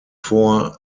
vor